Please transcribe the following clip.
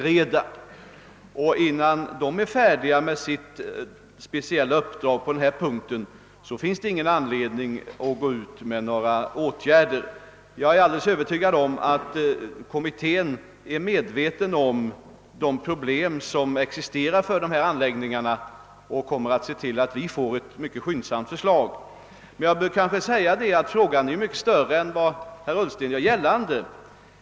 Innan kommittén är färdig med sitt speciella uppdrag på denna punkt, finns det ingen anledning att vidta några åtgärder. Jag är alldeles övertygad om att kommittén är medveten om de problem som existerar för dessa anläggningar och kommer att se till att vi får ett mycket skyndsamt förslag. Emellertid bör jag kanske säga att frågan är mycket större än vad herr Ullsten gör gällande.